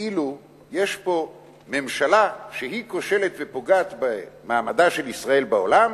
כאילו יש פה ממשלה שהיא כושלת ופוגעת במעמדה של ישראל בעולם,